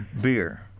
beer